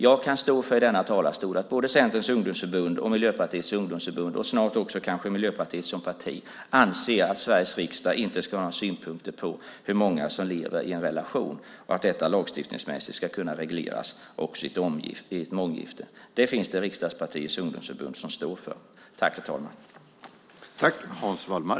Jag kan stå för att både Centerns ungdomsförbund och Miljöpartiets ungdomsförbund, och kanske snart också Miljöpartiet som parti, anser att Sveriges riksdag inte ska ha några synpunkter på hur många som lever i en relation och att detta lagstiftningsmässigt ska kunna regleras också i ett månggifte. Det finns det riksdagspartiers ungdomsförbund som står för.